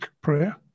prayer